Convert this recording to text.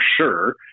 sure